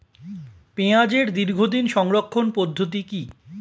পেঁয়াজের দীর্ঘদিন সংরক্ষণ পদ্ধতি কি?